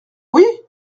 oui